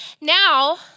now